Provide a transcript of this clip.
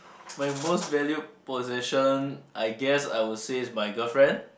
my most valued possession I guess I would say is my girlfriend